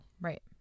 Right